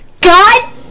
God